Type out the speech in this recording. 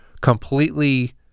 completely